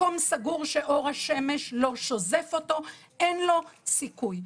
מקום סגור שאור השמש לא שוזף אותו, אין לו סיכוי.